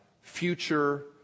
future